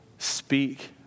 speak